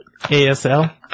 ASL